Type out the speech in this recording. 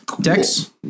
Dex